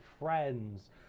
friends